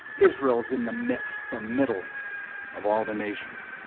israel's in the midst the middle of all the nations.